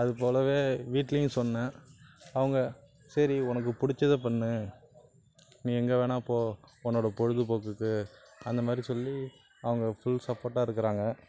அது போலவே வீட்லேயும் சொன்னேன் அவங்க சரி உனக்கு பிடிச்சத பண்ணு நீ எங்கே வேணுணா போ உன்னோட பொழுதுபோக்குக்கு அந்த மாதிரி சொல்லி அவங்க ஃபுல் சப்போட்டாக இருக்கிறாங்க